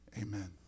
amen